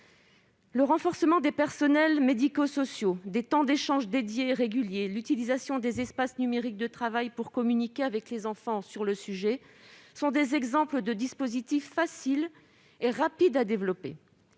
Un renforcement des personnels médico-sociaux, des temps d'échanges dédiés et réguliers, l'utilisation des espaces numériques de travail pour communiquer avec les enfants sur le sujet sont des exemples de dispositifs faciles et rapides à développer.